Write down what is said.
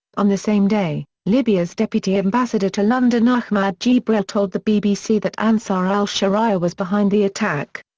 on the same day, libya's deputy ambassador to london ahmad jibril told the bbc that ansar al-sharia was behind the attack.